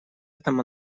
этом